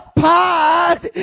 pod